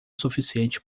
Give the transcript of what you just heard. suficiente